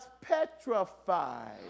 petrified